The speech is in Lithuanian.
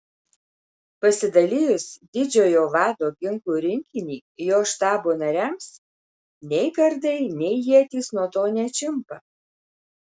pasidalijus didžiojo vado ginklų rinkinį jo štabo nariams nei kardai nei ietys nuo to neatšimpa